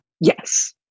Yes